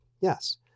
yes